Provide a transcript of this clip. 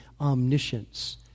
omniscience